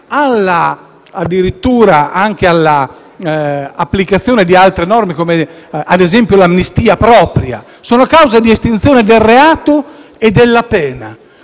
addirittura all'applicazione di altre norme, come ad esempio l'amnistia propria, sono cause di estinzione del reato e della pena.